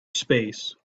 space